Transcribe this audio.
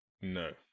no